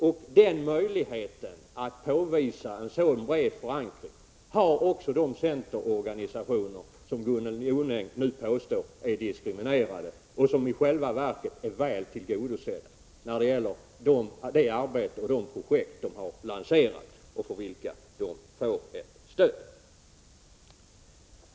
De centerorganisationer som Gunnel Jonäng nu påstår är diskriminerade har också möjlighet att påvisa att de har en sådan bred förankring. I själva verket är dessa organisationer väl tillgodosedda med stöd för det arbete som de utför och de projekt som de har lanserat.